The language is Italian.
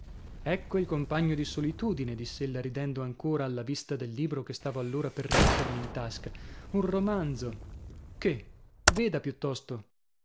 ecco il compagno di solitudine diss'ella ridendo ancora alla vista del libro che stavo allora per rimettermi in tasca un romanzo che veda piuttosto